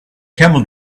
camel